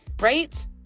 right